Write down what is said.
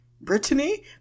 Brittany